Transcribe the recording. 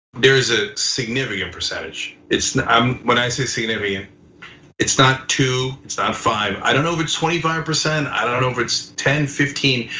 there's a significant percentage. it's, um when i say significant it's not two it's not five, i don't know if it's twenty five percent i don't know if it's ten, fifteen.